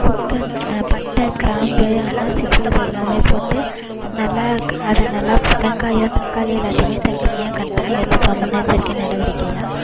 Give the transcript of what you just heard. chicken பட்டை கிராம்பு அன்னாசிப்பூ இது எல்லாம் போட்டு நல்லா அதை நல்லா வெங்காயம் தக்காளி எல்லாத்தையும் தனித்தனியாக கட் பண்ணி வச்சிப்பேன் முன்னெச்சரிக்கை நடவடிக்கையாக